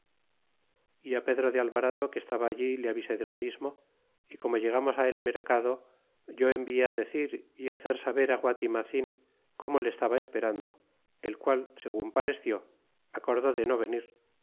e pedro de ale vara lo que estaba allí le avisé de lo mismo y coro llegamos el mercado yo envie decir y hacer saber á guatitnnein co ano le estaba esperando el qual segun paresció acordó de no e venir